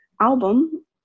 album